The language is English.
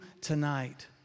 tonight